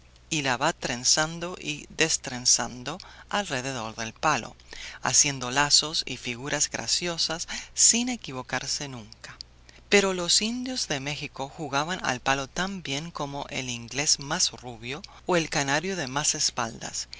y la va trenzando y destrenzando alrededor del palo haciendo lazos y figuras graciosas sin equivocarse nunca pero los indios de méxico jugaban al palo tan bien como el inglés más rubio o el canario de más espaldas